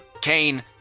Kane